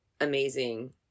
amazing